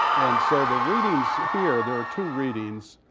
and so the readings here, there are two readings.